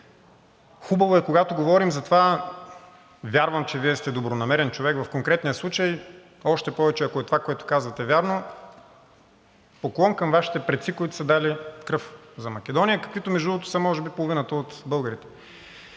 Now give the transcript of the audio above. хубаво е, когато говорим за това. Вярвам, че Вие сте добронамерен човек в конкретния случай, още повече че ако това, което казвате, е вярно, поклон пред Вашите предци, които са дали кръв за Македония – каквито, между другото, са може би половината от българите.